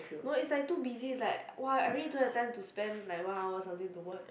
no it's like too busy it's like !wah! I really don't have time to spend like one hour something to watch